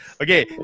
Okay